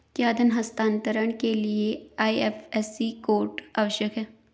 क्या धन हस्तांतरण के लिए आई.एफ.एस.सी कोड आवश्यक है?